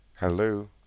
Hello